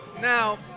Now